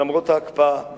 למרות ההקפאה,